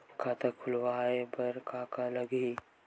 खाता खुलवाय बर का का लगही?